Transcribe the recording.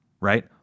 right